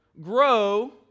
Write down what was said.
grow